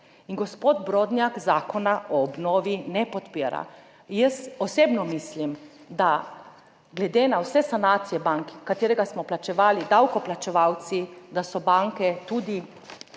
In gospod Brodnjak zakona o obnovi ne podpira. Jaz osebno mislim, da glede na vse sanacije bank, ki smo jih plačevali davkoplačevalci, da so banke tudi